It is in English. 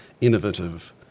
innovative